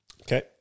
Okay